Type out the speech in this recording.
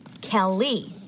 Kelly